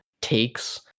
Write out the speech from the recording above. takes